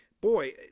Boy